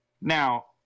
Now